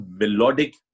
melodic